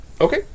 Okay